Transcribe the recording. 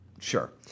Sure